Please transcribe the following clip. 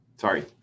Sorry